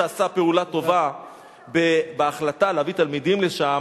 שעשה פעולה טובה בהחלטה להביא תלמידים לשם,